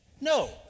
No